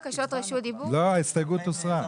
לא, ההסתייגות הוסרה.